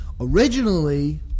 Originally